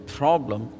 problem